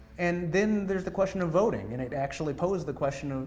and then there's the question of voting. and it actually poses the question of,